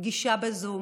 פגישה בזום